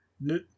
No